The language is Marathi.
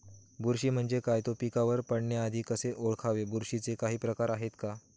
बुरशी म्हणजे काय? तो पिकावर पडण्याआधी कसे ओळखावे? बुरशीचे काही प्रकार आहेत का?